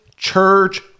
Church